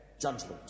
judgment